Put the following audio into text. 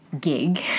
gig